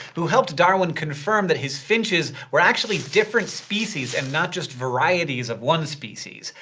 who helped darwin confirm that his finches were actually different species, and not just varieties of one species.